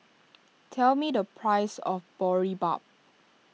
tell me the price of Boribap